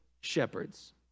shepherds